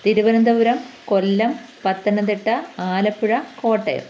Thiruvananthapuram Kollam Pathanamthitta Alappuzha Kottayam